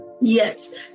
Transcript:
Yes